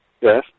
Yes